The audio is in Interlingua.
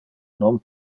non